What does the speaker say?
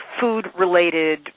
food-related